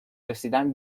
رسیدن